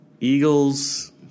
Eagles